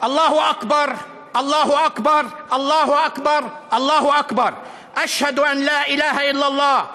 אללהו אכבר, אללהו אכבר, אללהו אכבר, אללהו אכבר.